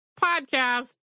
podcast